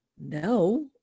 no